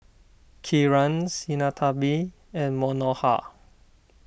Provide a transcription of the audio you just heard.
Kiran Sinnathamby and Manohar